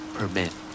Permit